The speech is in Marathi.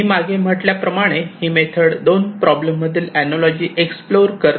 मी मागे म्हटल्याप्रमाणे ही मेथड दोन प्रॉब्लेम मधील अनालॉजी एक्सप्लोर करते